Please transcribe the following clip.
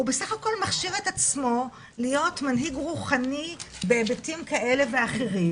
הוא בסך הכל מכשיר את עצמו להיות מנהיג רוחני בהיבטים כאלה ואחרים,